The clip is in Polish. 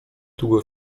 długo